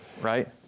right